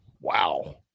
wow